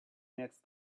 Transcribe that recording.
next